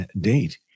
date